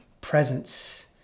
presence